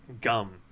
gum